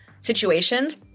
situations